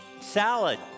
salad